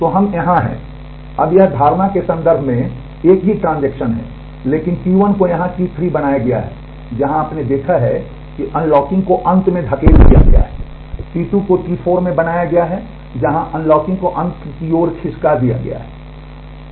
तो हम यहाँ हैं अब यह धारणा के संदर्भ में एक ही ट्रांजेक्शन है लेकिन T1 को यहाँ T3 बनाया गया है जहाँ आपने देखा है कि अनलॉकिंग को अंत में धकेल दिया गया है T2 को T4 में बनाया गया है जहाँ अनलॉकिंग को अंत की ओर खिसका दिया गया है